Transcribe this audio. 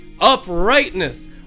uprightness